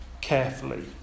carefully